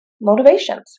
motivations